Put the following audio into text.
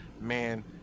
man